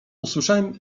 usłyszałem